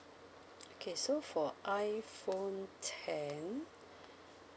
okay so for iphone ten